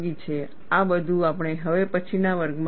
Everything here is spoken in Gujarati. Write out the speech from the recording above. આ બધું આપણે હવે પછીના વર્ગમાં જોઈશું